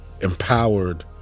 empowered